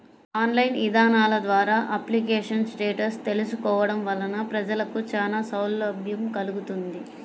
online ఇదానాల ద్వారా application status తెలుసుకోవడం వలన ప్రజలకు చానా సౌలభ్యం కల్గుతుంది